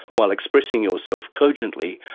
while expressing yourself cogently,